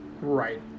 right